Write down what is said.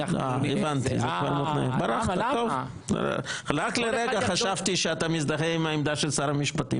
אני -- רק לרגע חשבתי שאתה מזדהה עם העמדה של שר המשפטים.